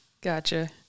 Gotcha